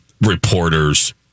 reporters